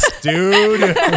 dude